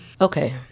Okay